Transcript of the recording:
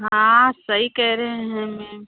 हाँ सही कह रहे हैं मेम